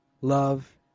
love